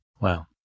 Wow